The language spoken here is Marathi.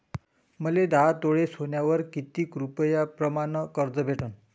मले दहा तोळे सोन्यावर कितीक रुपया प्रमाण कर्ज भेटन?